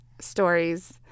stories